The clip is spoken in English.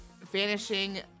vanishing